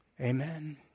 Amen